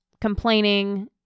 complaining